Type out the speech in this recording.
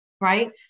right